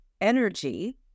energy